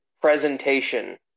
presentation